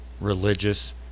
religious